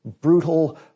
brutal